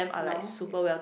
no